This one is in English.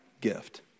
gift